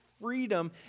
freedom